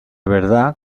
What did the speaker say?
verdad